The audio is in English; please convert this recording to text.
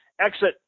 exit